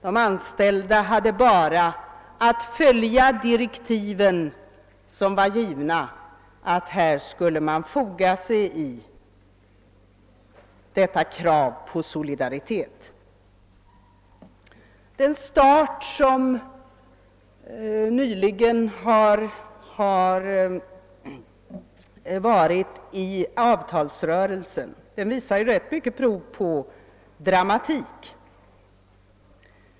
De anställda hade bara att följa de direktiv som var givna och foga sig i kravet på solidaritet. Den avtalsrörelse som nyligen har börjat visar många prov på dramatik.